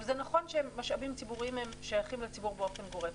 זה נכון שמשאבים ציבוריים שייכים לציבור באופן גורף,